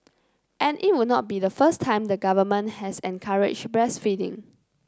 and it would not be the first time the government has encouraged breastfeeding